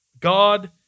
God